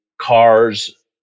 cars